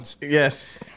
yes